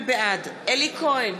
בעד אלי כהן,